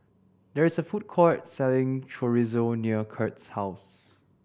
there is a food court selling Chorizo near Kurt's house